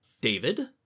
david